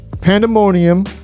Pandemonium